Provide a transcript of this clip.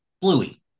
Bluey